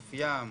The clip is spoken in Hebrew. אופיים,